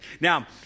Now